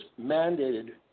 mandated